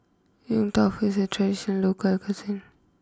Yong Tau Foo is a tradition local cuisine